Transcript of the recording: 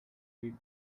did